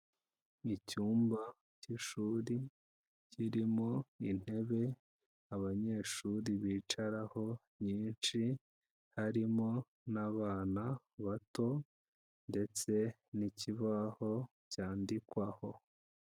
Mu cyumba cy'ishuri kirimo intebe abanyeshuri bicaraho nyinshi, harimo n'abana bato ndetse n'ikibaho cyandikwaho.